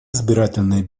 избирательные